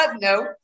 no